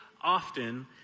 often